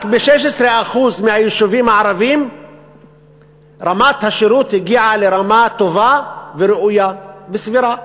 רק ב-16% מהיישובים הערביים רמת השירות הגיעה לרמה טובה וראויה וסבירה.